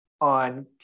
on